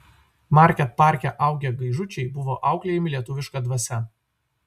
market parke augę gaižučiai buvo auklėjami lietuviška dvasia